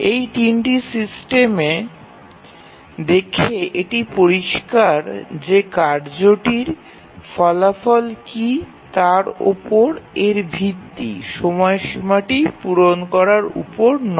এই তিনটি সিস্টেম দেখে এটি পরিষ্কার যে কার্যটির ফলাফল কী তার উপর এর ভিত্তি সময়সীমাটি পূরণ করার উপর না